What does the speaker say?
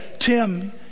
Tim